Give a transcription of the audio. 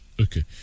Okay